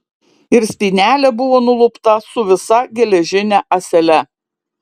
ir spynelė buvo nulupta su visa geležine ąsele